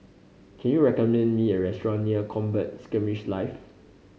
can you recommend me a restaurant near Combat Skirmish Live